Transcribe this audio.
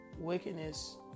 wickedness